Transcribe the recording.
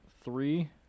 three